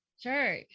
Sure